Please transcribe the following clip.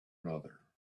another